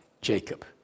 Jacob